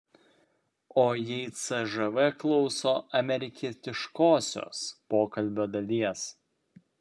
o jei cžv klauso amerikietiškosios pokalbio dalies